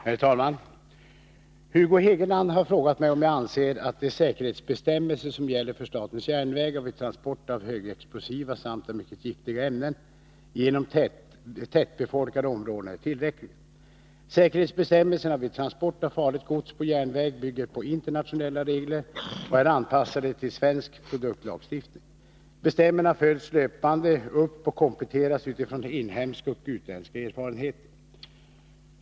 Herr talman! Hugo Hegeland har frågat mig om jag anser att de säkerhetsbestämmelser som gäller för statens järnvägar vid transport av högexplosiva varor samt av mycket giftiga ämnen genom tättbefolkade områden är tillräckliga. Säkerhetsbestämmelserna vid transport av farligt gods på järnväg bygger på internationella regler och är anpassade till svensk produktlagstiftning. Bestämmelserna följs löpande upp och kompletteras utifrån inhemska och utländska erfarenheter.